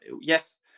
Yes